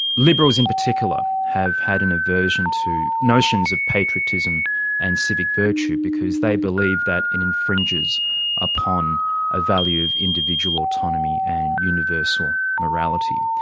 liberals in particular have had an aversion to notions of patriotism and civic virtue because they believe that it infringes upon a value of individual autonomy and universal morality.